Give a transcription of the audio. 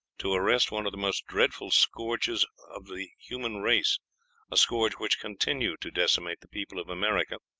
to arrest one of the most dreadful scourges of the human race a scourge which continued to decimate the people of america,